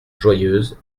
joyeuse